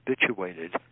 habituated